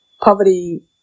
poverty